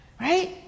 Right